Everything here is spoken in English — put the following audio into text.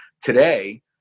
today